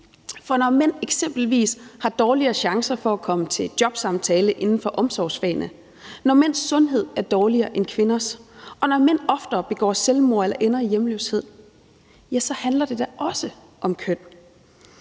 for når mænd eksempelvis har dårligere chancer for at komme til jobsamtale inden for omsorgsfagene, når mænds sundhed er dårligere end kvinders, og når mænd oftere begår selvmord eller ender i hjemløshed, handler det da også om køn.